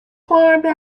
climbed